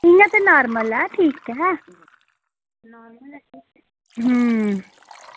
इंया तां नॉर्मल ऐ ठीक ऐ अं